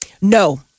No